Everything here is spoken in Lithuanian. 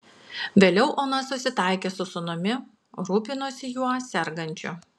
vėliau ona susitaikė su sūnumi rūpinosi juo sergančiu